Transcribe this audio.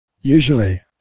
usually